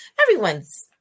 everyone's